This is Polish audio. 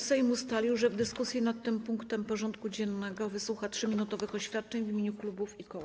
Sejm ustalił, że w dyskusji nad tym punktem porządku dziennego wysłucha 3-minutowych oświadczeń w imieniu klubów i koła.